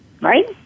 right